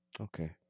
Okay